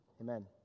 Amen